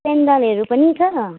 सेन्डलहरू पनि छ